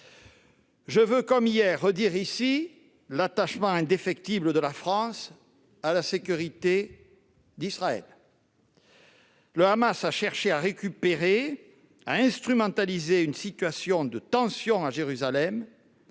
Je veux, comme hier, redire ici l'attachement indéfectible de la France à la sécurité d'Israël. Le Hamas a cherché à récupérer, à instrumentaliser une situation de tension à Jérusalem,